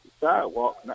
sidewalk